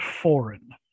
foreign